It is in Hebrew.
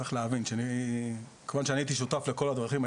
צריך להבין שכיון שאי הייתי שותף לכל הדרכים,